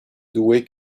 doué